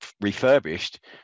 refurbished